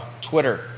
Twitter